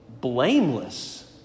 blameless